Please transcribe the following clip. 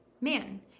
man